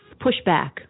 pushback